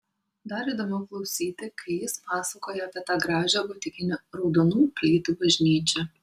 dar įdomiau klausyti kai jis pasakoja apie tą gražią gotikinę raudonų plytų bažnyčią